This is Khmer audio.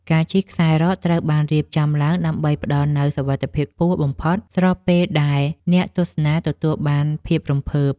ការជិះខ្សែរ៉កត្រូវបានរៀបចំឡើងដើម្បីផ្ដល់នូវសុវត្ថិភាពខ្ពស់បំផុត ស្របពេលដែលអ្នកទស្សនាទទួលបានភាពរំភើប។